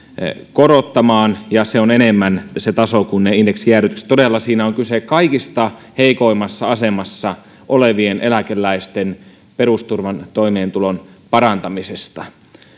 korottamaan ja se taso on enemmän kuin ne indeksijäädytykset todella siinä on kyse kaikista heikoimmassa asemassa olevien eläkeläisten perusturvan toimeentulon parantamisesta